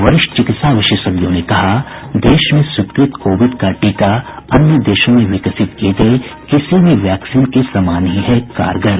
वरिष्ठ चिकित्सा विशेषज्ञों ने कहा देश में स्वीकृत कोविड का टीका अन्य देशों में विकसित किये गए किसी भी वैक्सीन के समान ही है कारगर